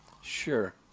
Sure